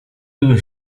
lubią